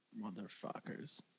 Motherfuckers